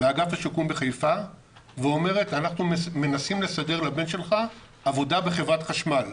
באגף השיקום בחיפה ואומרת שהם מנסים לסדר לבן שלי עבודה בחברת החשמל.